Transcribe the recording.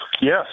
Yes